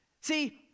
See